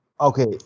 Okay